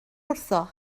wrtho